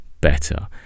better